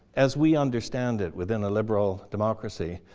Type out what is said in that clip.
as we understand it within a liberal democracy,